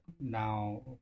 now